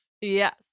Yes